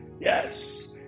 Yes